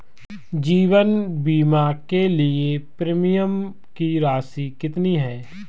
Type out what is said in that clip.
जीवन बीमा के लिए प्रीमियम की राशि कितनी है?